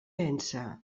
vèncer